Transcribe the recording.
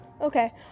Okay